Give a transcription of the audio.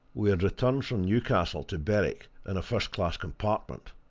we had returned from newcastle to berwick in a first-class compartment,